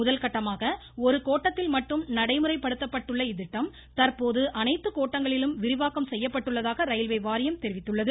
முதல்கட்டமாக ஒரு கோட்டத்தில் மட்டும் நடைமுறைப்படுத்தப்பட்டுள்ள இத்திட்டம் தற்போது அனைத்து கோட்டங்களிலும் விரிவாக்கம் செய்யப்பட்டுள்ளதாக ரயில்வே வாரியம் தெரிவித்துள்ளது